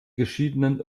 geschiedenen